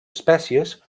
espècies